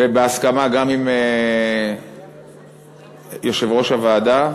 בהסכמה עם יושב-ראש הוועדה,